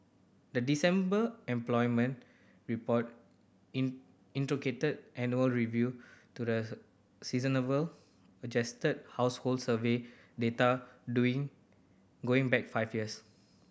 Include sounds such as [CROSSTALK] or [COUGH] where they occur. the December employment report in [UNINTELLIGIBLE] annual review to the [UNINTELLIGIBLE] adjusted household survey data doing going back five years